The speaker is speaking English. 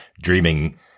dreaming